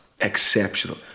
exceptional